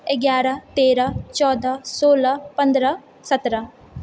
एगारह तेरह चौदह सोलह पन्द्रह सत्रह